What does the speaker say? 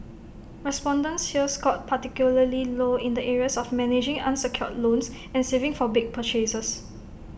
respondents here scored particularly low in the areas of managing unsecured loans and saving for big purchases